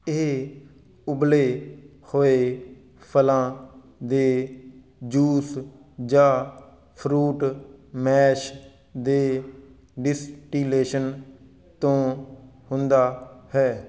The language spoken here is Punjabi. ਇਹ ਉਬਲੇ ਹੋਏ ਫਲਾਂ ਦੇ ਜੂਸ ਜਾਂ ਫਰੂਟ ਮੈਸ਼ ਦੇ ਡਿਸਟਿਲੇਸ਼ਨ ਤੋਂ ਹੁੰਦਾ ਹੈ